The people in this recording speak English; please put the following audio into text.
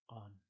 on